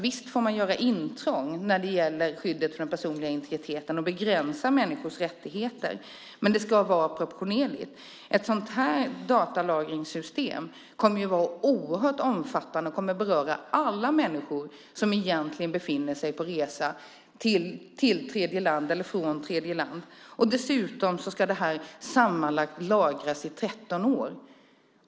Visst får man göra intrång när det gäller skyddet för den personliga integriteten och begränsa människors rättigheter, men det ska vara proportionerligt. Ett sådant datalagringssystem kommer att vara oerhört omfattande och beröra alla människor som egentligen befinner sig på resa till eller från tredjeland. Dessutom ska materialet sammanlagt lagras i 13 år.